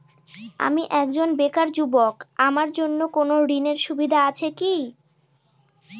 আমি একজন বেকার যুবক আমার জন্য কোন ঋণের সুবিধা আছে কি?